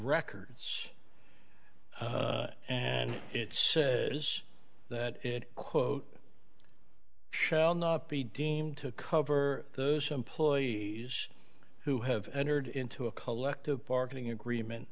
records and it's that it quote shall not be deemed to cover the employee who have entered into a collective bargaining agreement